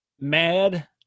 mad